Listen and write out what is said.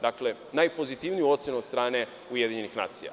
Dakle, najpozitivniju ocenu od strane UN.